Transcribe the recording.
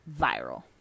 viral